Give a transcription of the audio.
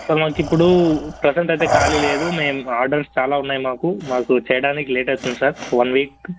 sir మాకిప్పుడు present అయితే ఖాళీ లేదు మేము ఆర్డర్స్ చాలా ఉన్నాయి మాకు మాకు చేయడానికి లేట్ అవుతుంది సార్ వన్ వీక్